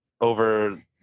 over